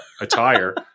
attire